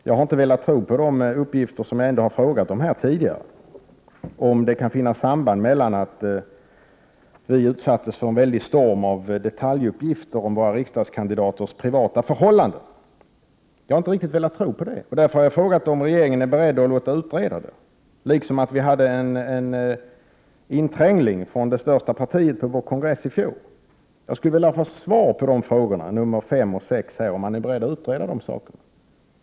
Jag har inte velat tro på de uppgifter som jag ändå har frågat om tidigare, dvs. om det kan finnas ett samband med att vi utsattes för en väldig storm av detaljuppgifter om våra riksdagskandidaters privata förhållanden. Jag har alltså frågat om regeringen är beredd att låta utreda det liksom att vi också hade en inträngling från det största partiet på vår kongress i fjol. Jag skulle vilja ha svar på frågorna nr 5 och 6, om regeringen är beredd att utreda detta.